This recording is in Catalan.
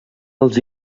els